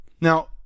Now